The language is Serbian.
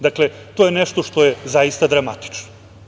Dakle, to je nešto što je zaista dramatično.